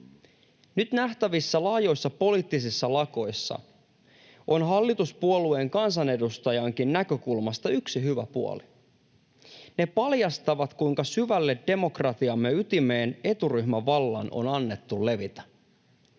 Nyt nähtävissä laajoissa poliittisissa lakoissa on hallituspuolueen kansanedustajankin näkökulmasta yksi hyvä puoli. Ne paljastavat, kuinka syvälle demokratiamme ytimeen eturyhmävallan on annettu levitä.